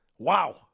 Wow